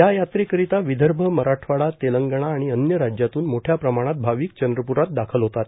या यात्रेकरीता विदर्भ मराठवाडा तेलंगंणा आणि अन्य राज्यातून मोठया प्रमाणात भाविक चंद्रप्रात दाखल होतात